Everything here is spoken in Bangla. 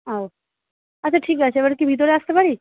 ও আচ্ছা ঠিক আছে এবার কি ভিতরে আসতে পারি